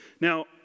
Now